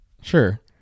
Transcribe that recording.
sure